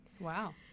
Wow